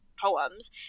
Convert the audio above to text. poems